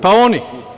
Pa, oni.